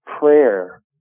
Prayer